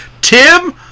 Tim